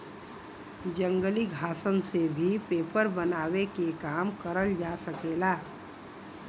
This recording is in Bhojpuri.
जंगली घासन से भी पेपर बनावे के काम करल जा सकेला